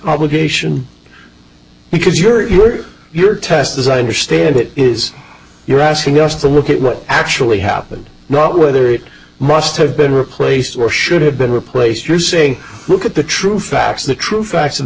obligation because your your your test as i understand it is you're asking us to look at what actually happened not whether it must have been replaced or should have been replaced you say look at the true facts the true facts in